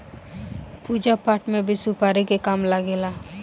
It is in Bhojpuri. पूजा पाठ में भी सुपारी के काम लागेला